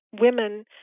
women